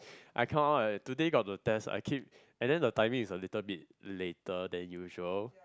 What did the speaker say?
I cannot eh today got the test and then the timing is a little bit later than usual